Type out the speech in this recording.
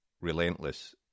relentless